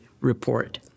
report